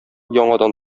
яңадан